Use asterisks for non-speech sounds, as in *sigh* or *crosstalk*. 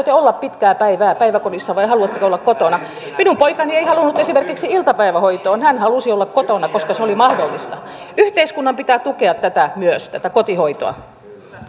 *unintelligible* te olla pitkää päivää päiväkodissa vai haluatteko olla kotona minun poikani ei halunnut esimerkiksi iltapäivähoitoon hän halusi olla kotona koska se oli mahdollista yhteiskunnan pitää tukea tätä kotihoitoa